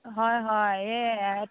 হয় হয় এই